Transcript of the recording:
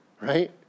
right